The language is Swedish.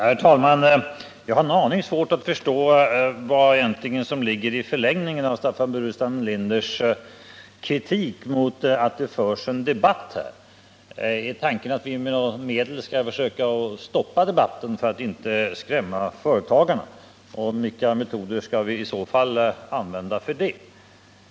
Herr talman! Jag har en aning svårt att förstå vad som egentligen ligger i förlängningen av Staffan Burenstam Linders kritik mot att det här förs en debatt. Är tanken att vi med något medel skall försöka stoppa debatten för att inte skrämma företagarna? Och vilka metoder skall vi i så fall använda?